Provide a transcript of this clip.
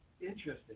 interesting